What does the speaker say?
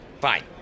fine